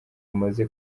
umaze